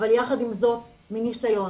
אבל יחד עם זאת, מניסיון,